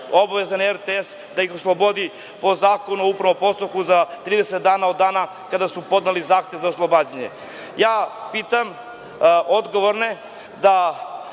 obavezan je RTS da ih oslobodi po Zakonu o upravnom postupku za 30 dana od dana kada su podneli zahtev za oslobađanje. Pitam odgovorne,